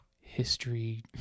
history